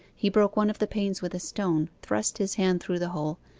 he broke one of the panes with a stone, thrust his hand through the hole,